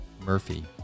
Murphy